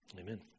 Amen